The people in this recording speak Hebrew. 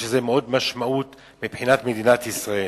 יש לזה משמעות רבה מבחינת מדינת ישראל.